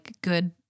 good